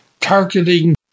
targeting